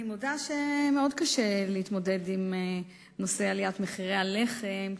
אני מודה שמאוד קשה להתמודד עם נושא עליית מחירי הלחם,